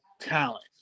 talent